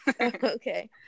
Okay